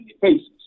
faces